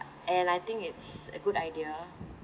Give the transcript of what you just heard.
and I think it's a good idea